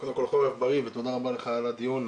קודם כל חורף בריא ותודה רבה לך על הדיון,